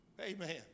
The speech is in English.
Amen